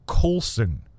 Coulson